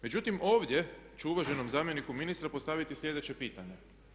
Međutim, ovdje ću uvaženom zamjeniku ministra postaviti sljedeće pitanje.